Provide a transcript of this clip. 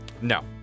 No